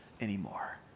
anymore